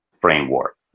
framework